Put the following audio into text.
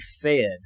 fed